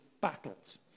battles